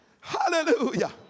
Hallelujah